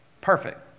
perfect